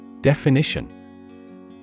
Definition